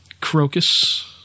Crocus